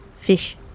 fish